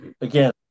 again